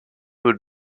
would